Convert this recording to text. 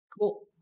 Cool